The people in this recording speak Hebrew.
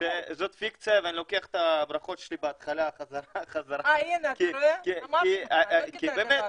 -- זאת פיקציה ואני לוקח את הברכות שלי בחזרה כי הייתי בטוח